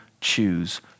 choose